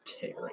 Terry